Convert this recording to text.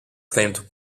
claimed